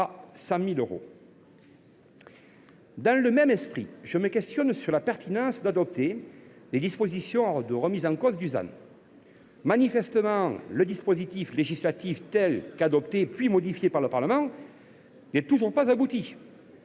à 100 000 euros. Dans le même esprit, je m’interroge sur la pertinence d’adopter les dispositions de remise en cause du ZAN. Manifestement, le dispositif législatif, tel qu’il a été adopté, puis modifié par le Parlement, n’est toujours pas abouti.